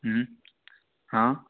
હમ હા